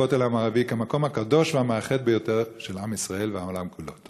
הכותל המערבי כמקום הקדוש והמאחד ביותר של עם ישראל והעולם כולו.